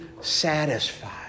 satisfied